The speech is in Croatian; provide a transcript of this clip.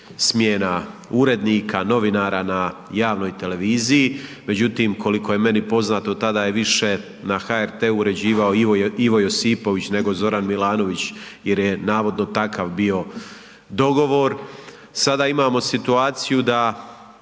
smjena urednika, novinara na javnoj televiziji međutim koliko je meni poznato tada je više na HRT uređivao Ivo Josipović nego Zoran Milanović jer je navodno takav bio dogovor. Sada imamo situaciju da